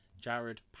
Jared